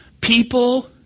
People